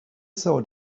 saw